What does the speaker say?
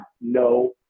no